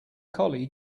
collie